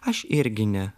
aš irgi ne